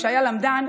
שהיה למדן,